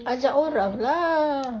ajak orang lah